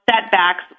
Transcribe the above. setbacks